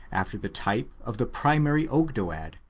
after the type of the primary ogdoad,